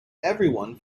everyone